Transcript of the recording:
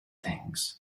things